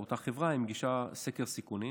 אותה חברה מגישה סקר סיכונים